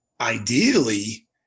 ideally